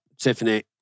Tiffany